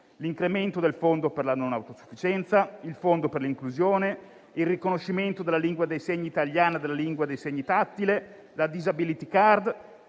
l'incremento del fondo per la non autosufficienza, il fondo per l'inclusione, il riconoscimento della lingua dei segni italiana e della lingua dei segni tattile, la *disability card*,